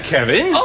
Kevin